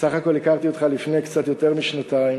בסך הכול הכרתי אותך לפני קצת יותר משנתיים,